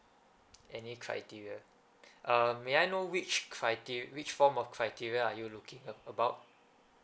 any criteria um may I know which criter~ which form of criteria are you looking uh about